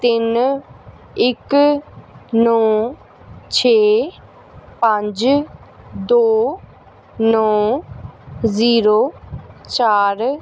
ਤਿੰਨ ਇੱਕ ਨੌ ਛੇ ਪੰਜ ਦੋ ਨੌ ਜ਼ੀਰੋ ਚਾਰ